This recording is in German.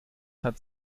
hat